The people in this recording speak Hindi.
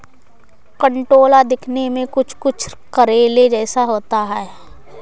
कंटोला दिखने में कुछ कुछ करेले जैसा होता है